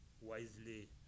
wisely